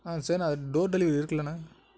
ஆ சேரிண அது door delivery இருக்கில்லண்ண